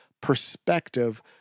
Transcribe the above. perspective